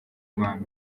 imana